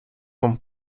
con